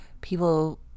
people